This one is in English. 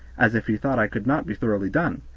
as if he thought i could not be thoroughly done,